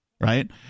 right